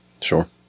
Sure